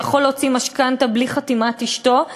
הוא יכול להוציא משכנתה בלי חתימת אשתו.